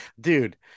dude